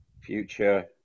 Future